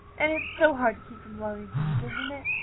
and it's so hard to keep from loving things, isn't it?